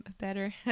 better